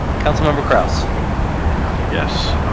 councilmember kraus yes